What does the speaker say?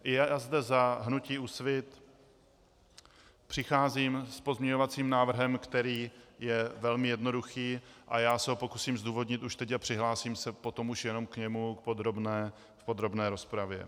Já zde za hnutí Úsvit přicházím s pozměňovacím návrhem, který je velmi jednoduchý, a já se ho pokusím zdůvodnit už teď a přihlásím se potom už jenom k němu v podrobné rozpravě.